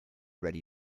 ready